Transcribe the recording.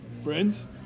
Friends